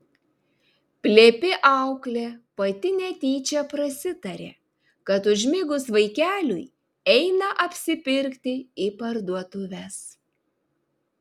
plepi auklė pati netyčia prasitarė kad užmigus vaikeliui eina apsipirkti į parduotuves